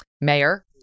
mayor